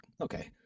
okay